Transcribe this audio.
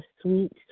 sweet